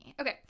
Okay